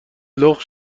لخت